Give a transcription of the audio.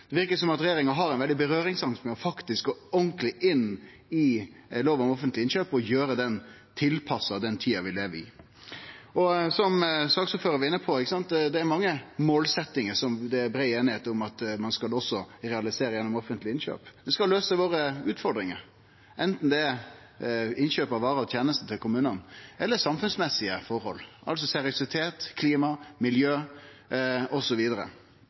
regjeringa har ein veldig berøringsangst for faktisk å gå ordentleg inn i lov om offentlege innkjøp og tilpassa han den tida vi lever i. Som saksordføraren var inne på, er det mange målsetjingar som det er brei einigheit om at ein skal realisere gjennom offentlege innkjøp. Ein skal løyse utfordringane våre, anten det er innkjøp av varer og tenester til kommunane eller samfunnsmessige forhold, altså seriøsitet, klima, miljø,